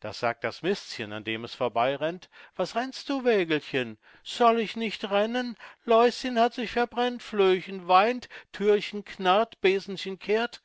da sagt das mistchen an dem es vorbeirennt was rennst du wägelchen soll ich nicht rennen läuschen hat sich verbrennt flöhchen weint thürchen knarrt besenchen kehrt